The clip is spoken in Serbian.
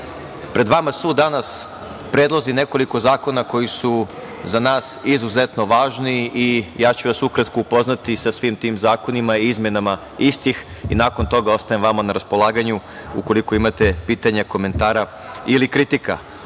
pred vama su danas predlozi nekoliko zakona koji su za nas izuzetno važni i ja ću vas ukratko upoznati sa svim tim zakonima i izmenama istih i nakon toga ostajem vama na raspolaganju, ukoliko imate pitanja, komentara ili kritika. Ono